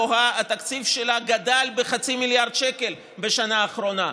התקציב של מערכת ההשכלה הגבוהה גדל בחצי מיליארד שקל בשנה האחרונה.